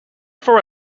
for